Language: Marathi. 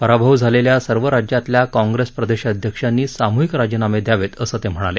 पराभव झालेल्या सर्व राज्यातल्या काँग्रेस प्रदेशाध्यक्षांनी सामुहिक राजीनामे द्यावेत असं ते म्हणाले